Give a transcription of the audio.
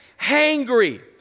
hangry